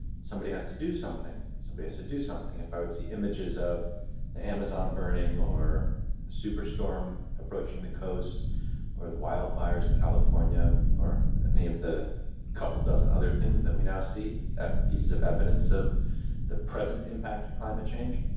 somebody has to do something. somebody has to do something. if i would see images of the amazon burning or a superstorm approaching the coast or the wildfires in california or any of the couple dozen other things that we now see pieces of evidence of the present impact of climate change,